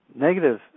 negative